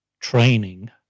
training